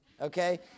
Okay